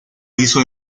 hizo